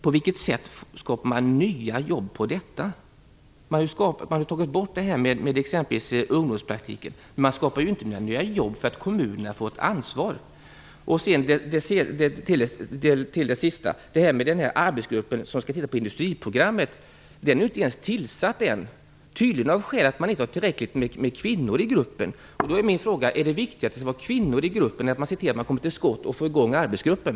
Förklara det för mig! Man har t.ex. tagit bort ungdomspraktiken. Men det skapas inte några nya jobb bara för att kommunerna får ett ansvar. Den arbetsgrupp som skall titta på industriprogrammet är inte ens tillsatt än. Tydligen är anledningen till det att det inte finns tillräckligt många kvinnor i gruppen. Är det viktigare att det finns kvinnor i gruppen än att få i gång arbetsgruppen?